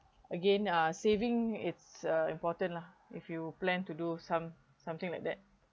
again uh saving it's uh important lah if you plan to do some something like that